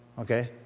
Okay